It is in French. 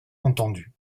entendu